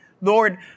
Lord